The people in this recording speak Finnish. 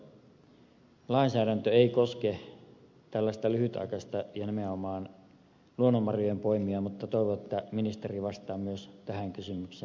muistelen että terveydenhoitolainsäädäntö ei koske tällaista lyhytaikaista ja nimenomaan luonnonmarjojenpoimijaa mutta toivon että ministeri vastaa myös tähän kysymykseen